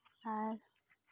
ᱟᱨ